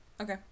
Okay